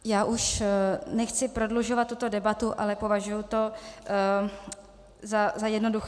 Já už nechci prodlužovat tuto debatu, ale považuji to za jednoduché.